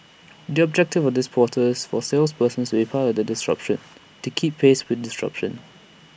the objective of this portal is for salespeople to be part the disruption to keep pace with disruption